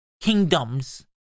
kingdoms